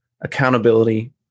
accountability